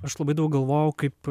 aš labai daug galvojau kaip